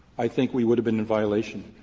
i think we would have been in violation.